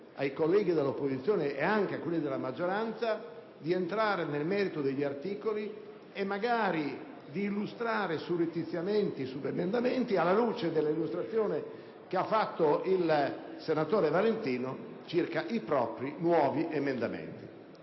ai colleghi dell'opposizione, né a quelli della maggioranza, di entrare nel merito degli articoli, e magari di illustrare surrettiziamente i subemendamenti, alla luce dell'illustrazione da parte del senatore Valentino dei nuovi emendamenti